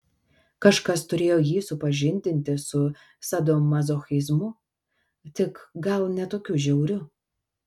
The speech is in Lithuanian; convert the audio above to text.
kažkas turėjo jį supažindinti su sadomazochizmu tik gal ne tokiu žiauriu